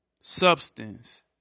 substance